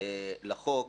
3ד לחוק